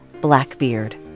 Blackbeard